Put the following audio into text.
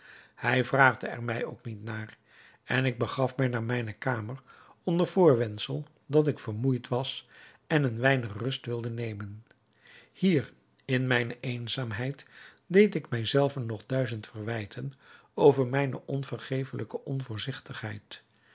hij vraagde er mij ook niet naar en ik begaf mij naar mijne kamer onder voorwendsel dat ik vermoeid was en een weinig rust wilde nemen hier in mijne eenzaamheid deed ik wij zelven nog duizend verwijten over mijne onvergeefelijke